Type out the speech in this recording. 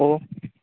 ꯑꯣ